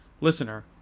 Listener